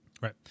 Right